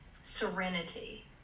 serenity